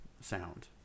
sound